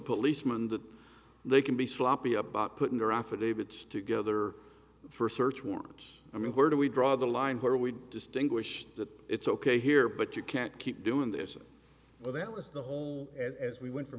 policeman that they can be sloppy about putting their affidavit together for a search warrant i mean where do we draw the line where we distinguish that it's ok here but you can't keep doing this but that was the whole as we went from